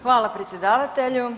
Hvala predsjedavatelju.